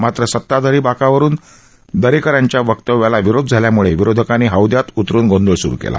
मात्र सताधारी बाकावरून दरेकर यांच्या वक्तव्याला विरोध झाल्यामुळे विरोधकांनी हौदयात उतरून गोंधळ सुरु केला